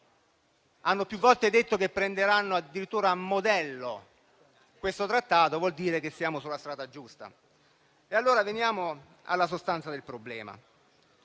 hanno più volte detto che prenderanno addirittura a modello questo trattato vuol dire che siamo sulla strada giusta. Venendo alla sostanza del problema,